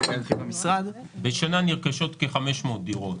בשנה נרכשות כ-500 דירות.